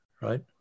Right